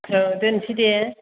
औ दोनसै दे